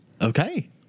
okay